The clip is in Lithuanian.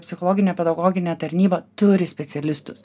psichologinė pedagoginė tarnyba turi specialistus